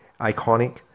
iconic